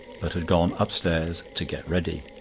but had gone upstairs to get ready.